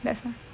that's why